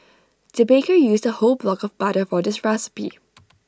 the baker used A whole block of butter for this recipe